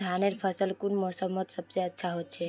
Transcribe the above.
धानेर फसल कुन मोसमोत सबसे अच्छा होचे?